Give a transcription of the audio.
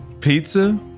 Pizza